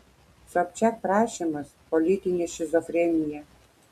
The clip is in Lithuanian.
sobčiak prašymas politinė šizofrenija